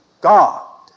God